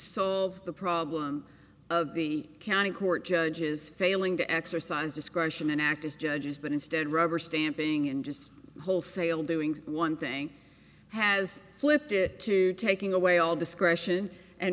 solve the problem of the county court judges failing to exercise discretion and act as judges but instead rubber stamping and just wholesale doing one thing has flipped it to taking away all discretion and